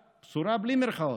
בשורה, בשורה בלי מירכאות,